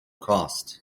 cost